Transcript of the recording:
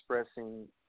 expressing